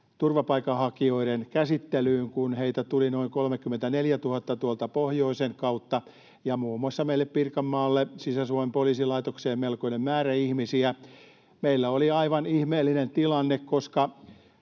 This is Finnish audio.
turvapaikanhakijoiden käsittelyyn, kun heitä tuli noin 34 000 pohjoisen kautta ja muun muassa meille Pirkanmaalle Sisä-Suomen poliisilaitokseen, melkoinen määrä ihmisiä. Meillä oli aivan ihmeellinen tilanne, koska